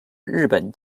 日本